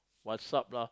WhatsApp lah